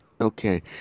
Okay